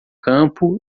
campo